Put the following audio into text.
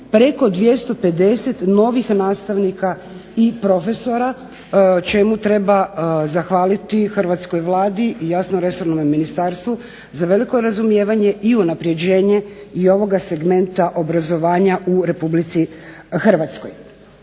preko 250 novih nastavnika i profesora čemu treba zahvaliti hrvatskoj Vladi i jasno resornome ministarstvu za veliko razumijevanje i unapređenje i ovoga segmenta obrazovanja u Republici Hrvatskoj.